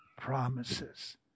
Promises